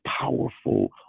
powerful